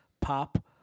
pop